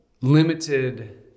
limited